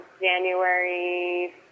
January